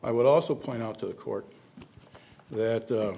i would also point out to the court that